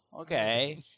okay